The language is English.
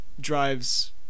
drives